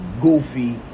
goofy